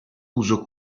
uso